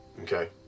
okay